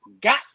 got